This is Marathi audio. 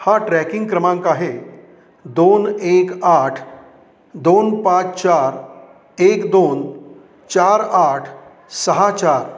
हा ट्रॅकिंग क्रमांक आहे दोन एक आठ दोन पाच चार एक दोन चार आठ सहा चार